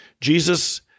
Jesus